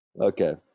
Okay